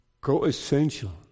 Co-essential